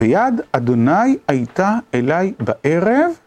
ביד אדוני הייתה אלי בערב.